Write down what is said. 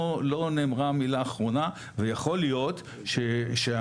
לא נאמרה המילה האחרונה ויכול להיות שהרשות,